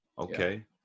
Okay